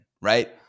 right